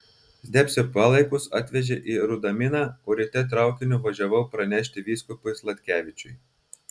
zdebskio palaikus atvežėme į rudaminą o ryte traukiniu važiavau pranešti vyskupui sladkevičiui